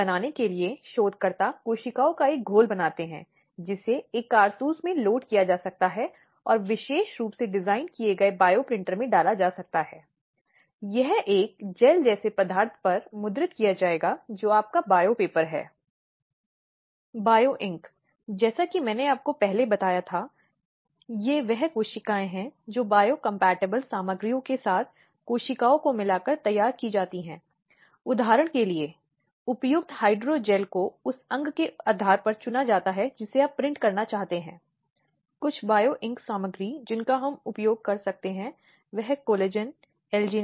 हालाँकि चूंकि यह माना जाता है कि यह परिवार के भीतर का एक व्यवहार है और इसके भीतर वह हिस्सा है जो एक दूसरे से संबंधित हैं यह महसूस किया गया कि आपराधिक कानून कार्रवाई के अलावा कुछ अन्य साधन होने चाहिए जिससे महिलाओं के अधिकारों को स्थापित करने में सक्षम होना चाहिए